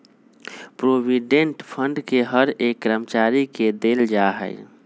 provident fund के हर एक कर्मचारी के देल जा हई